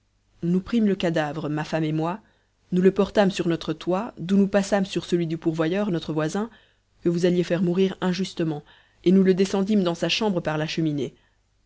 nous prîmes le cadavre ma femme et moi nous le portâmes sur notre toit d'où nous passâmes sur celui du pourvoyeur notre voisin que vous alliez faire mourir injustement et nous le descendîmes dans sa chambre par la cheminée